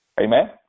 Amen